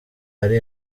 ari